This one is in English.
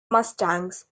mustangs